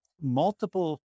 multiple